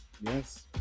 yes